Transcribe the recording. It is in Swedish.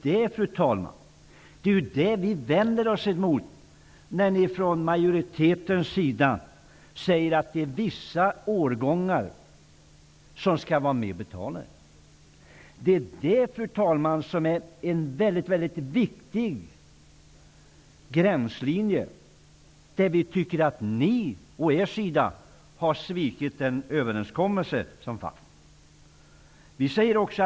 Ni från majoriteten säger att det är vissa årgångar som skall var med och betala, och det är det som vi vänder oss emot. Detta är en väldigt viktig gränslinje. Vi anser att ni å er sida har svikit den överenskommelse som har träffats.